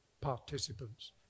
participants